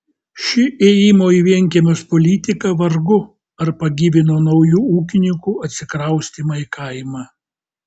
ši ėjimo į vienkiemius politika vargu ar pagyvino naujų ūkininkų atsikraustymą į kaimą